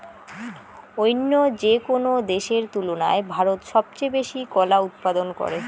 অইন্য যেকোনো দেশের তুলনায় ভারত সবচেয়ে বেশি কলা উৎপাদন করে